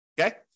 Okay